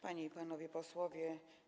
Panie i Panowie Posłowie!